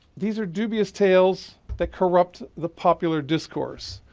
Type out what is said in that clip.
these are dubious tales that corrupt the popular discourse.